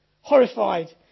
horrified